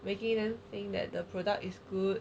making them saying that the product is good